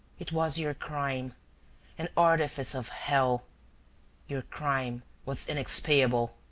it was your crime an artifice of hell your crime was inexpiable.